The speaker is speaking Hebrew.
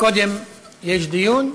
קודם יש דיון,